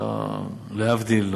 להבדיל,